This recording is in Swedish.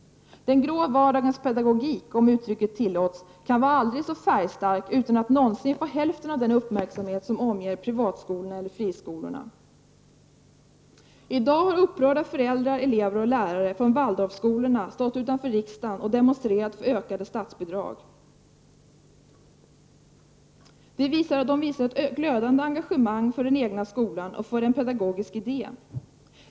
Den grå vardagens pedagogik, om uttrycket tillåts, må vara aldrig så färgstark — kanske får den ändå inte någonsin hälften av den uppmärksamhet som omger privatskolorna eller friskolorna. I dag har upprörda föräldrar, elever och lärare från Waldorfskolorna stått utanför riksdagshuset och demonstrerat för ökade statsbidrag. De visar ett glödande engagemang för den egna skolan och för en pedagogisk idé.